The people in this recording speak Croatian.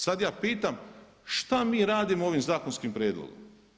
Sad ja pitam šta mi radimo ovim zakonskim prijedlogom?